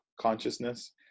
consciousness